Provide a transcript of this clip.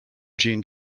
jean